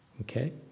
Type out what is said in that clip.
Okay